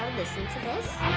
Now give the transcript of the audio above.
listen to this.